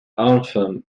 anthem